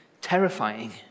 terrifying